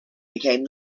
became